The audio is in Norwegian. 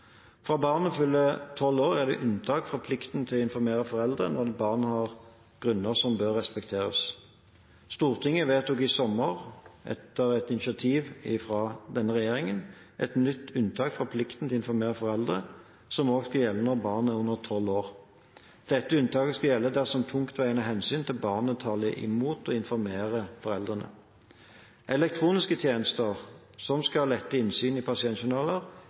Fra barnet fyller tolv år er det unntak fra plikten til å informere foreldrene, når barnet har grunner som bør respekteres. Stortinget vedtok i sommer etter et initiativ fra denne regjeringen et nytt unntak fra plikten til å informere foreldrene, som også skal gjelde når barnet er under tolv år. Dette unntaket skal gjelde dersom tungtveiende hensyn til barnet taler imot å informere foreldrene. Elektroniske tjenester som skal lette innsyn i